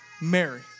Mary